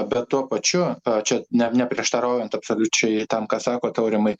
bet tuo pačiu čia ne neprieštaraujant absoliučiai tam ką sakot aurimai